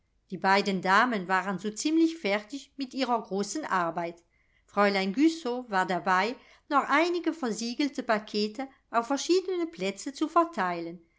die beiden damen waren so ziemlich fertig mit ihrer großen arbeit fräulein güssow war dabei noch einige versiegelte pakete auf verschiedene plätze zu verteilen